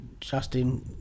justin